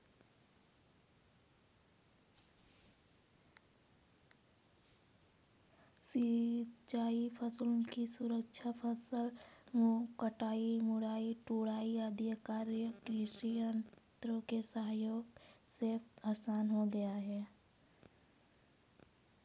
सिंचाई फसलों की सुरक्षा, फसल कटाई, मढ़ाई, ढुलाई आदि कार्य कृषि यन्त्रों के सहयोग से आसान हो गया है